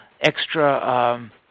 extra